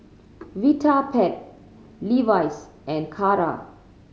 Vitapet Levi's and Kara